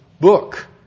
book